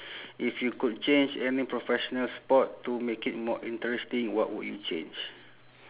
if you could change any professional sport to make it more interesting what would you change